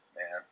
man